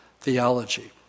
theology